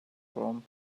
from